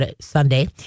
Sunday